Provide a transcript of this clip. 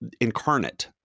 incarnate